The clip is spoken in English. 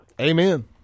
Amen